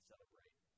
celebrate